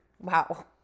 Wow